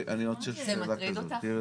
זה מטריד אותך?